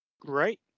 Great